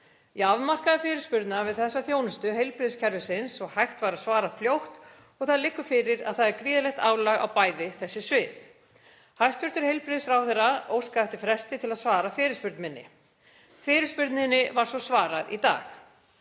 Ég afmarkaði fyrirspurnina við þessa þjónustu heilbrigðiskerfisins svo að hægt væri að svara fljótt en það liggur fyrir að það er gríðarlegt álag á bæði þessi svið. Hæstv. heilbrigðisráðherra óskaði eftir fresti til að svara fyrirspurn minni. Fyrirspurninni var svo svarað í dag.